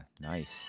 Nice